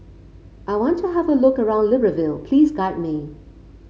I want to have a look around Libreville please guide me